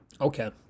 Okay